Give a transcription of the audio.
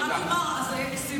אדוני השר,